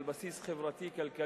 על בסיס חברתי-כלכלי,